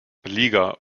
liga